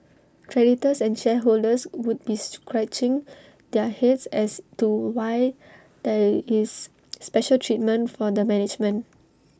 creditors and shareholders would be scratching their heads as to why there is special treatment for the management